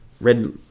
red